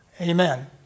Amen